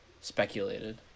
speculated